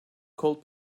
cold